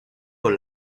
con